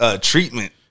treatment